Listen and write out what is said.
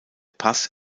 pass